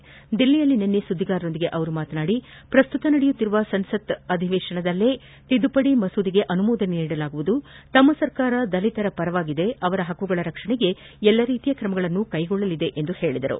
ನವದೆಹಲಿಯಲ್ಲಿ ನಿನ್ನೆ ಸುದ್ದಿಗಾರರೊಂದಿಗೆ ಮಾತನಾಡಿದ ಅವರು ಪ್ರಸ್ತುತ ನಡೆಯುತ್ತಿರುವ ಸಂಸತ್ ಅಧಿವೇಶನವದಲ್ಲೇ ತಿದ್ದುಪಡಿ ಮಸೂದೆಗೆ ಅನುಮೋದನೆ ನೀಡಲಾಗುವುದು ತಮ್ಮ ಸರ್ಕಾರ ದಲಿತರ ಪರವಾಗಿದ್ದು ಅವರ ಹಕ್ಕುಗಳ ರಕ್ಷಣೆಗೆ ಎಲ್ಲ ರೀತಿಯ ಕ್ರಮಗಳನ್ನು ಕೈಗೊಳ್ಳಲಿದೆ ಎಂದರು